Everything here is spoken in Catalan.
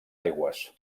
aigües